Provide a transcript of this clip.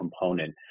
component